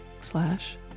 slash